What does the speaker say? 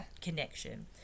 connection